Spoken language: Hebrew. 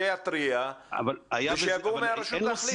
שיתריע ושיבואו מהרשות להחליף.